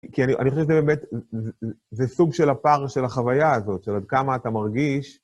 כי אני חושב שזה באמת, זה סוג של הפער של החוויה הזאת, של עד כמה אתה מרגיש.